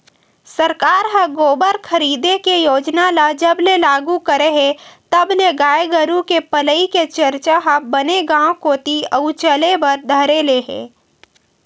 सरकार ह गोबर खरीदे के योजना ल जब ले लागू करे हे तब ले गाय गरु के पलई के चरचा ह बने गांव कोती अउ चले बर धर ले हे